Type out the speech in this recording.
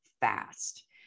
fast